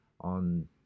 on